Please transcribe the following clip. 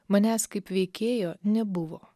manęs kaip veikėjo nebuvo